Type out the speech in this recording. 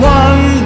one